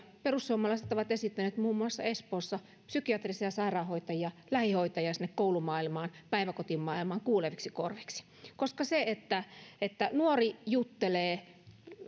perussuomalaiset ovat esittäneet muun muassa espoossa psykiatrisia sairaanhoitajia lähihoitajia sinne koulumaailmaan päiväkotimaailmaan kuuleviksi korviksi koska on tärkeää että nuori juttelee